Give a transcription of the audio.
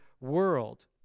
world